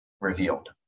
revealed